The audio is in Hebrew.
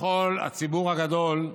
לכל הציבור הגדול,